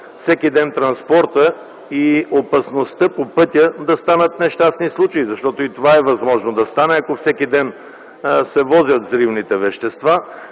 всеки ден транспорта и опасността по пътя да станат нещастни случаи, защото и това е възможно да стане, ако всеки ден се возят взривните вещества.